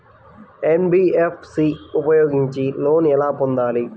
NBFC ఉపయోగించి loan ఎలా పొందాలి?